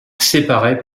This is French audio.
séparés